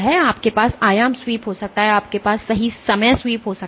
आपके पास आयाम स्वीप हो सकता है आपके पास सही समय स्वीप हो सकता है